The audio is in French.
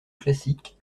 classique